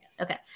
okay